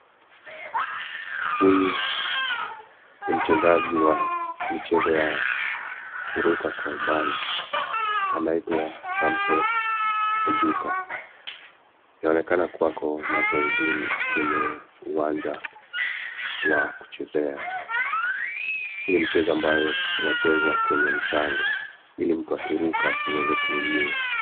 Huyu ni mchezaji wa mchezo ya kuruka kwa umbali anaitwa Samson Ojuka. Anaonekana ako mazoezini kwenye uwanja wa kuchezea, hii ni mchezo ambayo inachezea kwenye mchanga ili mtu akiruka asiweze kuumia.